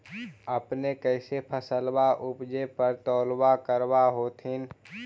अपने कैसे फसलबा उपजे पर तौलबा करबा होत्थिन?